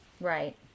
Right